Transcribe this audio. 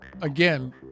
Again